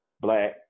black